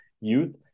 youth